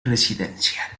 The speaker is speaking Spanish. residencial